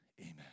amen